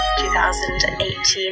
2018